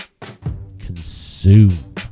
consume